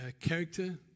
character